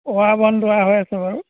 Y বন দুৱাই হৈ আছে বাৰু